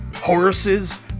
horses